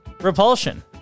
Repulsion